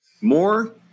More